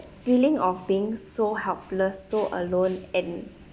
feeling of being so helpless so alone and